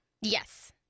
Yes